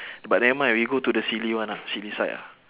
but nevermind we go to the silly one ah silly side ah